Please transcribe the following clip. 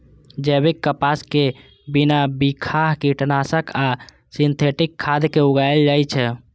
जैविक कपास कें बिना बिखाह कीटनाशक आ सिंथेटिक खाद के उगाएल जाए छै